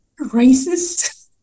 racist